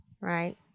right